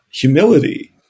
humility